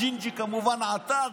הג'ינג'י עתר,